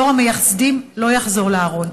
דור המייסדים לא יחזור לארון.